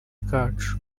kacu